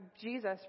Jesus